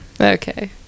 okay